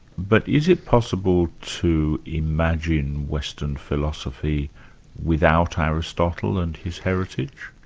but is it possible to imagine western philosophy without aristotle and his heritage?